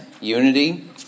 unity